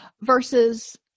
versus